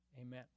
amen